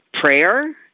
prayer